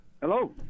Hello